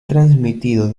transmitido